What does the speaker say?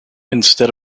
instead